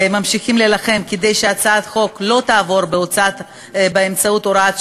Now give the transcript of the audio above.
ממשיכים להילחם כדי שהצעת החוק לא תעבור באמצעות הוראת שעה.